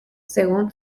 según